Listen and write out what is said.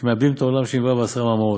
שהן מאבדין את העולם שנברא בעשרה מאמרות,